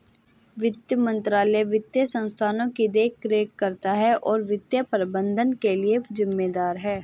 वित्त मंत्रालय वित्तीय संस्थानों की देखरेख करता है और वित्तीय प्रबंधन के लिए जिम्मेदार है